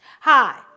Hi